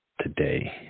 today